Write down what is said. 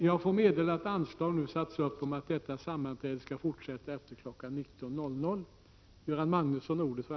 Jag får meddela att anslag nu har satts upp om att detta sammanträde skall fortsätta efter kl. 19.00.